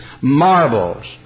marbles